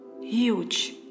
huge